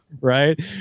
Right